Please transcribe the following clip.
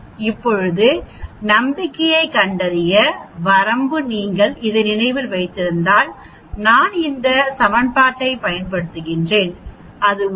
இப்போது நம்பிக்கையைக் கண்டறிய வரம்பு நீங்கள் இதை நினைவில் வைத்திருந்தால் நான் இந்த சமன்பாட்டைப் பயன்படுத்துகிறேன் அது ஒரு